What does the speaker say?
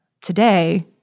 today